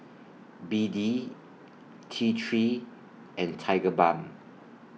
B D T three and Tigerbalm